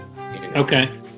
okay